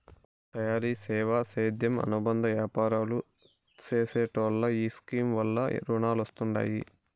తయారీ, సేవా, సేద్యం అనుబంద యాపారాలు చేసెటోల్లో ఈ స్కీమ్ వల్ల రునాలొస్తండాయి